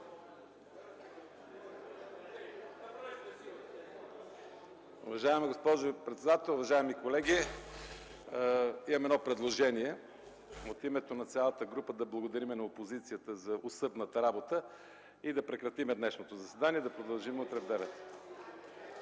Уважаема госпожо председател, уважаеми колеги, имам предложение от името на цялата група да благодарим на опозицията за усърдната работа, да прекратим днешното заседание и да продължим утре